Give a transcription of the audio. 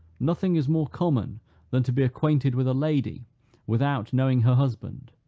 nothing is more common than to be acquainted with a lady without knowing her husband,